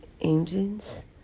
engines